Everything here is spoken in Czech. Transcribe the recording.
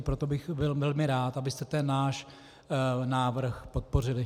Proto bych byl velmi rád, abyste náš návrh podpořili.